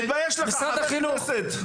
תתבייש לך, חבר כנסת.